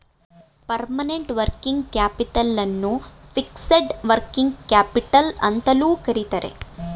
permanent working capital ಅನ್ನು fixed working capital ಅಂತಲೂ ಕರಿತರೆ